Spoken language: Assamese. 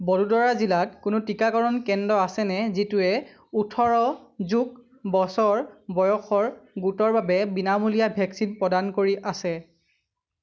বৰোদৰা জিলাত কোনো টীকাকৰণ কেন্দ্ৰ আছেনে যিটোৱে ওঠৰ যোগ বছৰ বয়সৰ গোটৰ বাবে বিনামূলীয়া ভেকচিন প্ৰদান কৰি আছে